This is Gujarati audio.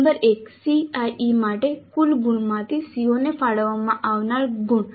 નંબર એક CIE માટે કુલ ગુણમાંથી CO ને ફાળવવામાં આવનાર ગુણ